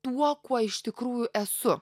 tuo kuo iš tikrųjų esu